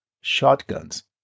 shotguns